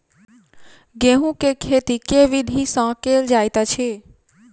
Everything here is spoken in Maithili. गेंहूँ केँ खेती केँ विधि सँ केल जाइत अछि?